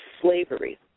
slavery